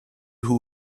who